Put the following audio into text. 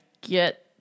get